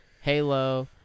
Halo